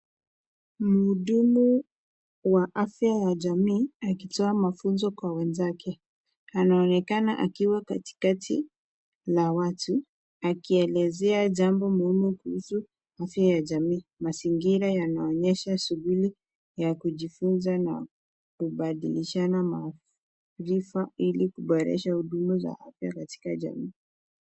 Mhudumu wa afya ya jamii akitoa mafunzo kwa wenzake. Anaonekana akiwa katikati la watu, akielezea jambo muhimu kuhusu afya ya jamii. Mazingira yanaonyesha shughuli ya kujifunza na kubadilishana maarifa ili kuboresha huduma za afya katika jamii.